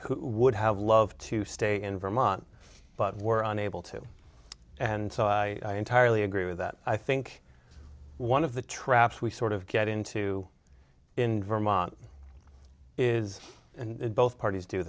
who would have loved to stay in vermont but were unable to and so i entirely agree with that i think one of the traps we sort of get into in vermont is and both parties do